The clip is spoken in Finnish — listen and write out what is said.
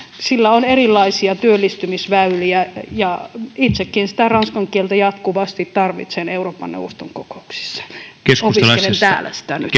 sillä on erilaisia työllistymisväyliä ja itsekin sitä ranskan kieltä jatkuvasti tarvitsen euroopan neuvoston kokouksissa opiskelen sitä nyt